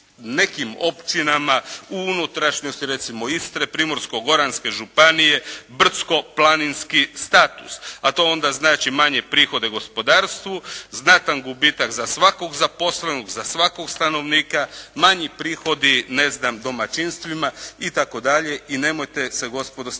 nekim općinama u unutrašnjosti recimo Istre, Primorsko-goranske županije, brdsko-planinski status, a to onda znači manje prihoda gospodarstvu, znatan gubitak za svakog zaposlenog, za svakog stanovnika, manji prihodi ne znam domaćinstvima itd. i nemojte se gospodo s time